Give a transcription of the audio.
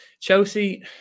Chelsea